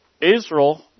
Israel